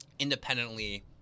independently